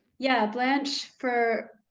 yeah, blanche for,